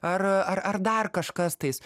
ar ar ar dar kažkas tais